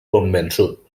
convençut